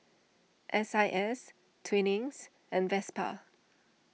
S I S Twinings and Vespa